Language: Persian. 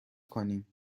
کنیم